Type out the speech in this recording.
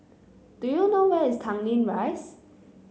do you know where is Tanglin Rise